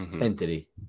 entity